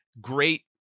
great